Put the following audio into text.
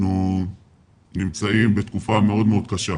אנחנו נמצאים בתקופה מאוד מאוד קשה.